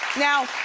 now